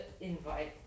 invite